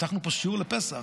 פתחנו פה שיעור לפסח.